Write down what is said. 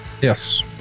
Yes